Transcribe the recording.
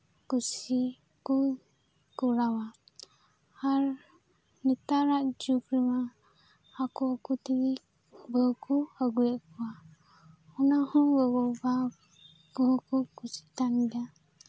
ᱠᱩᱥᱤ ᱠᱚ ᱠᱚᱨᱟᱣᱟ ᱟᱨ ᱱᱮᱛᱟᱨᱟᱜ ᱡᱩᱜᱽ ᱨᱮᱢᱟ ᱟᱠᱚ ᱟᱠᱚ ᱛᱮᱜᱮ ᱵᱟᱹᱦᱩ ᱠᱚ ᱟᱹᱜᱩᱭᱮᱫ ᱠᱚᱣᱟ ᱚᱱᱟᱦᱚᱸ ᱜᱚᱜᱚ ᱵᱟᱵᱟ ᱠᱚᱠᱚ ᱠᱩᱥᱤᱜ ᱠᱟᱱ ᱜᱮᱭᱟ